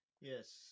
Yes